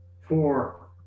four